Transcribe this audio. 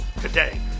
today